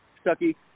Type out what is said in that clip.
Stucky